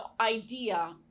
idea